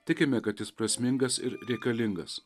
tikime kad jis prasmingas ir reikalingas